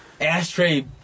Ashtray